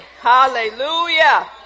hallelujah